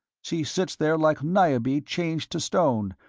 she sits there like niobe changed to stone,